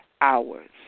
hours